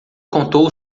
contou